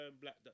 black